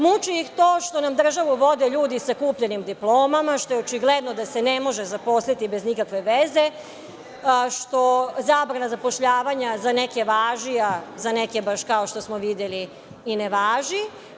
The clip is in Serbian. Muči ih to što nam državu vode ljudi sa kupljenim diplomama, što je očigledno da se ne može zaposliti bez ikakve veze, što zabrana zapošljavanja za neke važi, a za neke, baš kao što smo videli, i ne važi.